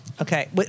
Okay